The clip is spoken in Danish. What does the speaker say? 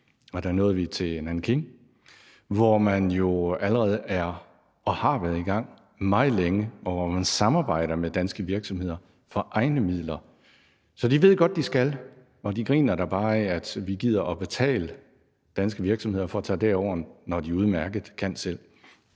og der nåede vi til Nanjing, hvor man allerede er og har været i gang meget længe, og hvor man samarbejder med danske virksomheder for egne midler. Så de ved godt, de skal, og de griner da bare af, at vi gider at betale danske virksomheder for at tage derover, når de udmærket kan selv.